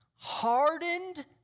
hardened